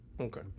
Okay